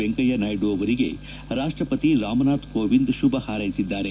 ವೆಂಕಯ್ದನಾಯ್ಡು ಅವರಿಗೆ ರಾಷ್ಟಪತಿ ರಾಮನಾಥ್ ಕೋವಿಂದ್ ಶುಭ ಹಾರೈಸಿದ್ದಾರೆ